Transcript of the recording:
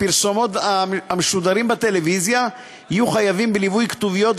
הפרסומות המשודרים בטלוויזיה יהיו חייבים בליווי כתוביות,